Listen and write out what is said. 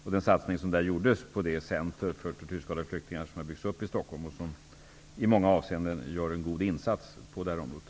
Där gjordes en satsning på det center för tortyrskadade flyktingar som har byggts upp i Stockholm och där man i många avseenden gör en god insats på det här området.